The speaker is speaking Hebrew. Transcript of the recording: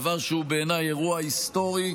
דבר שהוא בעיניי אירוע היסטורי,